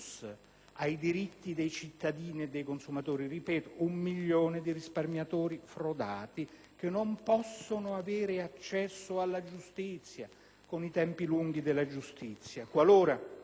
ai diritti dei cittadini e dei consumatori; lo ripeto, un milione di risparmiatori frodati che non possono avere accesso alla giustizia a causa dei lunghi tempi della giustizia, mentre